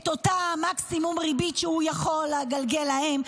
את אותו מקסימום ריבית שהוא יכול לגלגל להם,